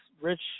rich